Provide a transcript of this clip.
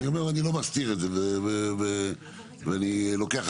אני אומר ואני לא מסתיר את זה,